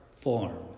form